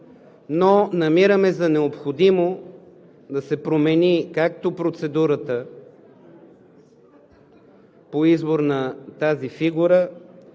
но намираме за необходимо да се промени както процедурата по избор на тази фигура,